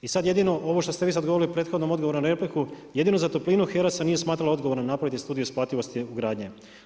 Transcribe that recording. I sad jedino ovo što ste vi govorili o prethodnom odgovoru na repliku, jedino za toplinu HERA se nije smatrala odgovorna napraviti studiju isplativosti gradnje.